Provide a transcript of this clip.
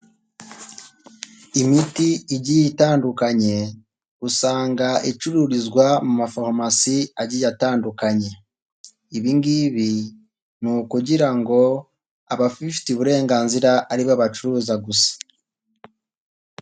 Imiti igiye itandukanye usanga icururizwa mu mafarumasi agiye atandukanye, ibingibi ni ukugira ngo ababifitiye uburenganzira aribo bacuruza gusa.